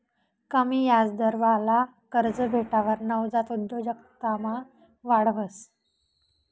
कमी याजदरवाला कर्ज भेटावर नवजात उद्योजकतामा वाढ व्हस